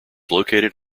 located